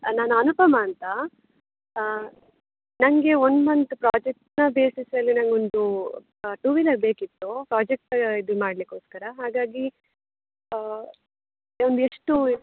ನಾನು ಅನುಪಮಾ ಅಂತ ನನಗೆ ಒನ್ ಮಂತ್ ಪ್ರಾಜೆಕ್ಟ್ನ ಬೇಸಿಸಲ್ಲಿ ನಂಗೆ ಒಂದು ಟೂ ವೀಲರ್ ಬೇಕಿತ್ತು ಪ್ರಾಜೆಕ್ಟ್ ಇದು ಮಾಡಲಿಕ್ಕೋಸ್ಕರ ಹಾಗಾಗಿ ಒಂದು ಎಷ್ಟು ಇರ್ಬೌದು